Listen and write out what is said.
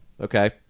Okay